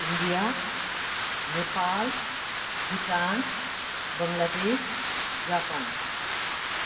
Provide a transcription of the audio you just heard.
India Nepal Bhutan Bangladesh Japan